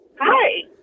Hi